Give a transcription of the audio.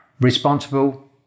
responsible